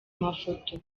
mafoto